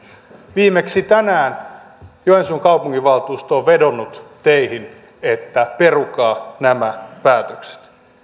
viimeksi tänään joensuun kaupunginvaltuusto on vedonnut teihin että perukaa nämä päätökset